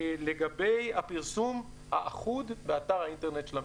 לגבי הפרסום האחוד באתר האינטרנט של המשרד.